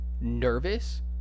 nervous